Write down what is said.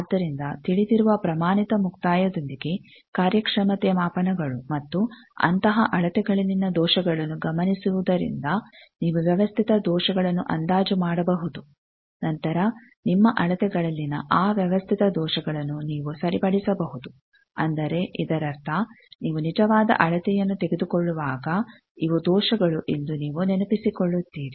ಆದ್ದರಿಂದ ತಿಳಿದಿರುವ ಪ್ರಮಾಣಿತ ಮುಕ್ತಾಯದೊಂದಿಗೆ ಕಾರ್ಯಕ್ಷಮತೆ ಮಾಪನಗಳು ಮತ್ತು ಅಂತಹ ಅಳತೆಗಳಲ್ಲಿನ ದೋಷಗಳನ್ನು ಗಮನಿಸುವುದರಿಂದ ನೀವು ವ್ಯವಸ್ಥಿತ ದೋಷಗಳನ್ನು ಅಂದಾಜು ಮಾಡಬಹುದು ನಂತರ ನಿಮ್ಮ ಅಳತೆಗಳಲ್ಲಿನ ಆ ವ್ಯವಸ್ಥಿತ ದೋಷಗಳನ್ನು ನೀವು ಸರಿಪಡಿಸಬಹುದು ಅಂದರೆ ಇದರರ್ಥ ನೀವು ನಿಜವಾದ ಅಳತೆಯನ್ನು ತೆಗೆದುಕೊಳ್ಳುವಾಗ ಇವು ದೋಷಗಳು ಎಂದು ನೀವು ನೆನಪಿಸಿಕೊಳ್ಳುತ್ತೀರಿ